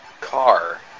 car